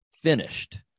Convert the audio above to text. finished